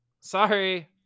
Sorry